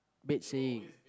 bad saying